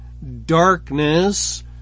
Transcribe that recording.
darkness